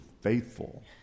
faithful